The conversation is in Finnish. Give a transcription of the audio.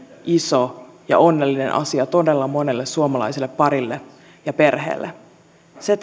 iso ja onnellinen asia todella monelle suomalaiselle parille ja perheelle se